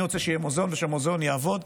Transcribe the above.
אני רוצה שיהיה מוזיאון ושהמוזיאון יעבוד.